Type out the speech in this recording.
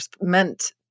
meant